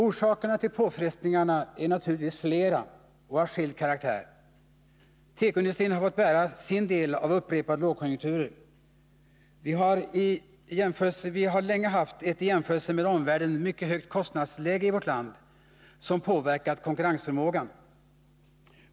Orsakerna till påfrestningarna är naturligtvis flera och av varierande karaktär. Tekoindustrin har fått bära sin del av upprepade lågkonjunkturer. Vi i vårt land har läge haft ett i jämförelse med omvärlden mycket högt kostnadsläge som påverkat konkurrensförmågan.